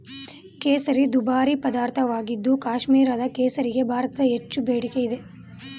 ಕೇಸರಿ ದುಬಾರಿ ಪದಾರ್ಥವಾಗಿದ್ದು ಕಾಶ್ಮೀರದ ಕೇಸರಿಗೆ ಭಾರತದಲ್ಲಿ ಹೆಚ್ಚು ಬೇಡಿಕೆ ಇದೆ